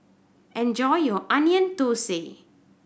enjoy your Onion Thosai